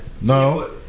No